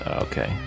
Okay